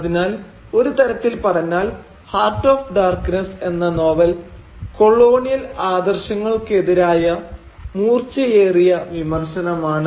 അതിനാൽ ഒരു തരത്തിൽ പറഞ്ഞാൽ 'Heart of Darkness' novel colonial കൊളോണിയൽ ആദർശങ്ങൾക്കെതിരായ മൂർച്ചയേറിയ വിമർശനമാണ്